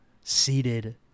seated